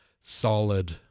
solid